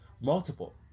multiple